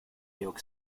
york